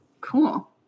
Cool